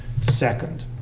second